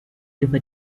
über